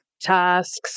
tasks